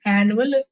annual